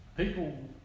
people